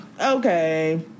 okay